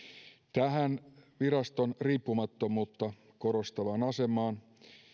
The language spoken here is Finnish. tähän viraston riippumattomuutta korostavaan asemaan